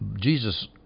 Jesus